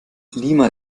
lima